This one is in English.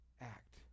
act